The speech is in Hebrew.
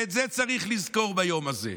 ואת זה צריך לזכור ביום הזה.